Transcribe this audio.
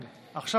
בהחלט.